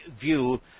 view